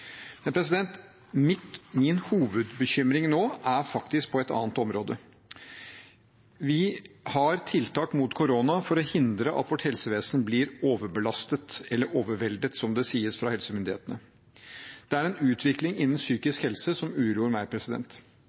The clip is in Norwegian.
Min hovedbekymring nå er faktisk på et annet område. Vi har tiltak mot korona for å hindre at vårt helsevesen blir overbelastet – eller overveldet, som det sies fra helsemyndighetene. Det er en utvikling innen psykisk helse som uroer meg.